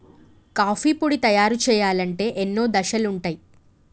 coffee పొడి తయారు చేయాలంటే ఎన్నో దశలుంటయ్